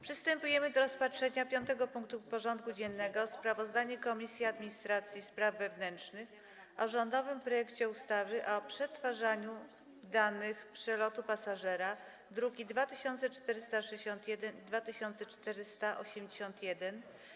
Przystępujemy do rozpatrzenia punktu 5. porządku dziennego: Sprawozdanie Komisji Administracji i Spraw Wewnętrznych o rządowym projekcie ustawy o przetwarzaniu danych dotyczących przelotu pasażera (druki nr 2461 i 2481)